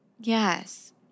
Yes